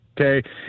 okay